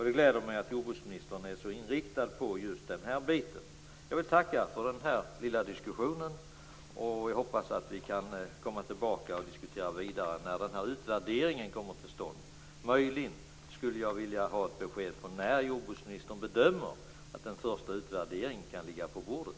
Det gläder mig att jordbruksministern är så inriktad på just den här biten. Jag vill tacka för den här lilla diskussionen. Jag hoppas att vi kan komma tillbaka och diskutera vidare när den här utvärderingen kommer till stånd. Möjligen skulle jag vilja ha ett besked om när jordbruksministern bedömer att en första utvärdering kan ligga på bordet.